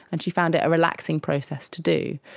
and she found it a relaxing process to do.